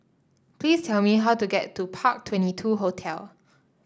please tell me how to get to Park Twenty two Hotel